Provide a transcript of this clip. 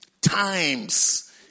times